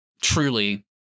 truly